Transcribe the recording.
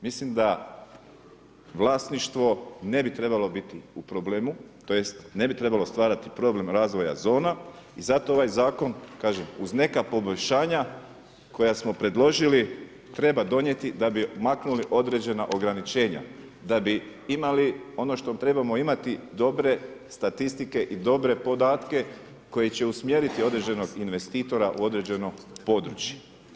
Mislim da vlasništvo ne bi trebalo biti u problemu, tj. ne bi trebalo stvarati problem razvoja zona i zato ovaj zakon kažem uz neka poboljšanja koja smo predložili treba donijeti da bi maknuli određena ograničenja, da bi imali ono što trebamo imati dobre statistike i dobre podatke koji će usmjeriti određenog investitora u određeno područje.